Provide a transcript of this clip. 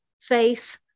faith